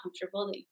comfortable